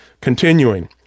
Continuing